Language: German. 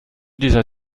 dieser